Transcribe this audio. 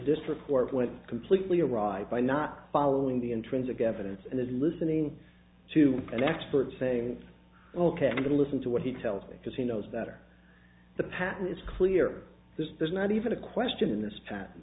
went completely arrive by not following the intrinsic evidence and then listening to an expert saying ok listen to what he tells me because he knows better the patent is clear there's there's not even a question in this pat